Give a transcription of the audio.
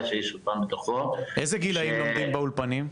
שזה בא מתוכו --- איזה גילאים לומדים באולפנים?